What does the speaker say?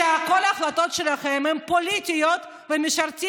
שכל ההחלטות שלכם הן פוליטיות ומשרתות